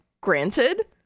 granted